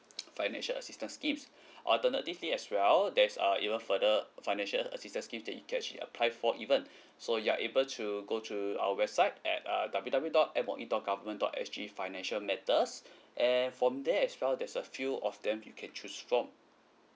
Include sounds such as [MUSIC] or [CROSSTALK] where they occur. [NOISE] financial assistance scheme alternatively as well there's uh even further financial assistance scheme that you can actually apply for even so you're able to go to our website at uh W W dot M O E dot government dot S G financial matters and from there as well there's a few of them you can choose from